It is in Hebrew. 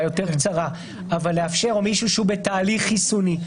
אולי יותר קצרה אבל לאפשר למישהו שהוא בתהליך חיסוני.